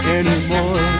anymore